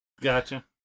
Gotcha